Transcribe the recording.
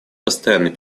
постоянный